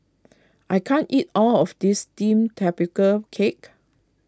I can't eat all of this Steamed Tapioca Cake